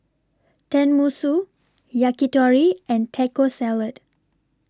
Tenmusu Yakitori and Taco Salad